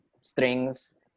strings